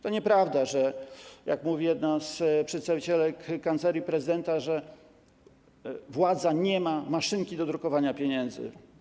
To nieprawda, jak mówi jedna z przedstawicielek Kancelarii Prezydenta, że władza nie ma maszynki do drukowania pieniędzy.